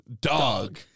Dog